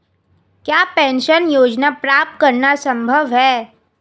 क्या पेंशन योजना प्राप्त करना संभव है?